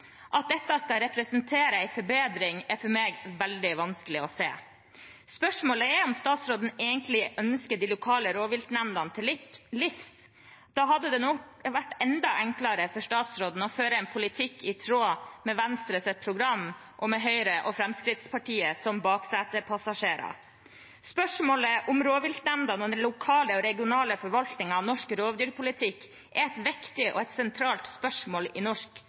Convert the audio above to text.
At dette skal representere en forbedring, er for meg veldig vanskelig å se. Spørsmålet er om statsråden egentlig ønsker de lokale rovviltnemndene til livs. Da hadde det nok vært enda enklere for statsråden å føre en politikk i tråd med Venstres program og med Høyre og Fremskrittspartiet som baksetepassasjerer. Spørsmålet om rovviltnemndene og den lokale og regionale forvaltningen av norsk rovdyrpolitikk er et viktig og sentralt spørsmål i